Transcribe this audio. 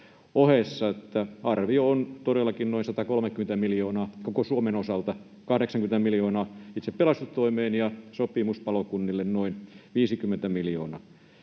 Arvio on todellakin noin 130 miljoonaa koko Suomen osalta — 80 miljoonaa itse pelastustoimeen ja sopimuspalokunnille noin 50 miljoonaa.